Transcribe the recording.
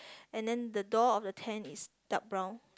and then the door of the tent is dark brown